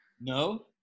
No